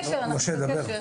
משה, דבר.